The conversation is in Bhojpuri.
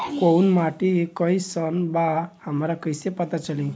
कोउन माटी कई सन बा हमरा कई से पता चली?